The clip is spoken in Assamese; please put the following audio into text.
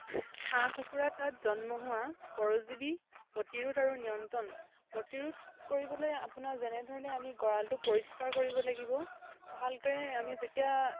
হাঁহ কুকুৰা তাত জন্ম হোৱা পৰজীৱী প্ৰতিৰোধ আৰু নিয়ন্ত্ৰণ প্ৰতিৰোধ কৰিবলৈ আপোনাৰ যেনেধৰণে আমি গঁৰালটো পৰিষ্কাৰ কৰিব লাগিব ভালকে আমি যেতিয়া